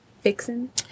fixing